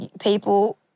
people